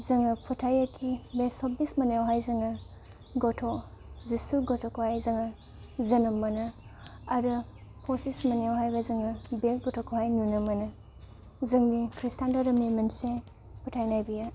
जोङो फोथायो कि बे सब्बिस मोनायावहाय जोङो गथ' जिसु गथ'खौहाय जोङो जोनोम मोनो आरो पसिस मोनायावहाय जोङो बे गथ'खौहाय नुनो मोनो जोंनि ख्रिष्टान धोरोमनि मोनसे फोथायनाय बेयो